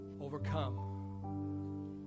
overcome